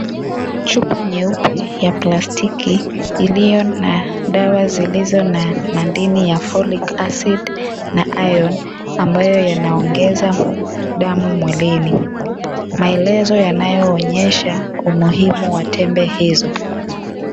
Chupa nyeupe ya plastiki iliyo na dawa zilizo na madini ya Folic acid na iron ambayo yanaongeza damu mwilini, maelezo yanayoeleza umuhimu wa tembe hizo.